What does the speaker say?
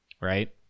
right